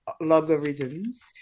logarithms